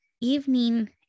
evening